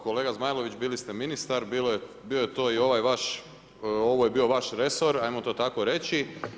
Kolega Zmajlović, bili ste ministar, bio je to i ovaj vaš, ovo je bio vaš resor, ajmo to tako reći.